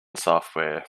software